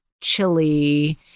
chili